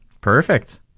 Perfect